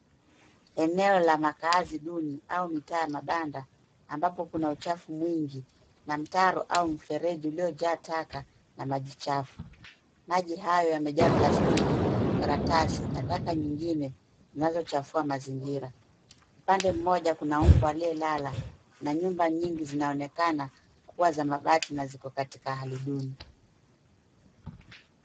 Eneo la makaazi duni au mitaa ya mabanda, ambapo kuna uchafu mwingi na mtaro au mfereji uliojaa taka na maji chafu. Maji hayo yamejaa plastiki ,karatasi na taka zingine zinazochafua mazingira. Upande mmoja kuna mbwa aliyelala na nyumba nyingi zinaonekana kuwa za mabati na ziko katika hali duni.